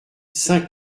saint